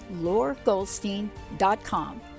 loregoldstein.com